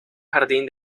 jardín